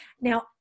Now